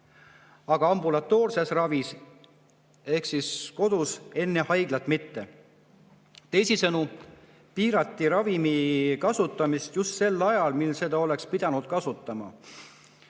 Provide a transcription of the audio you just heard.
aga ambulatoorses ravis ehk kodus enne haiglat mitte. Teisisõnu, piirati ravimi kasutamist just sel ajal, mil seda oleks pidanud kasutama.